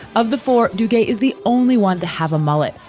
of the four, duggie is the only one to have a mullet,